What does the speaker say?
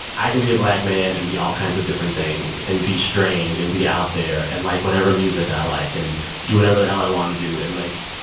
i can be a black man and be all kinds of different things and be strange and be out there and like whatever music i like and do whatever the hell i want to do. and, like,